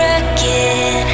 again